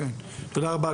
תודה רבה,